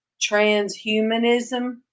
transhumanism